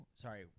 Sorry